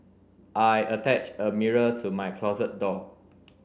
I attached a mirror to my closet door